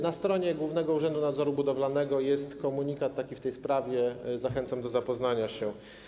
Na stronie Głównego Urzędu Nadzoru Budowlanego jest komunikat w tej sprawie, zachęcam do zapoznania się.